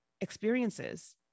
experiences